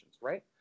right